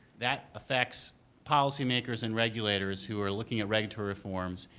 that affects policymakers and regulators who are looking at regulatory reforms,